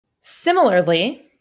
Similarly